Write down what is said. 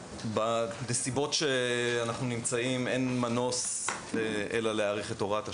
בנסיבות שאנחנו נמצאים אין מנוס אלא להאריך את הוראת השעה,